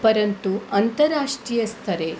परन्तु अन्तराष्ट्रियस्तरे